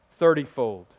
thirtyfold